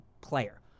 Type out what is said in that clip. player